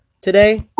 today